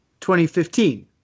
2015